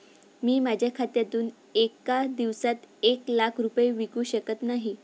मी माझ्या खात्यातून एका दिवसात एक लाख रुपये विकू शकत नाही